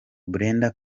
brenda